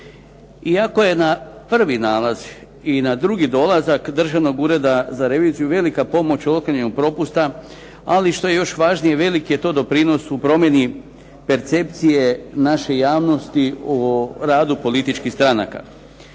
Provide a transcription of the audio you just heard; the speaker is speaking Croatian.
Iako je na prvi nalaz i na drugi dolazak Državnog ureda za reviziju velika pomoć u otklanjanju propusta, ali što je još važnije velik je to doprinos u promjeni percepcije naše javnosti o radu političkih stranaka.